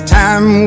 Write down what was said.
time